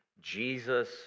Jesus